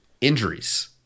injuries